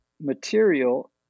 material